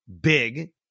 big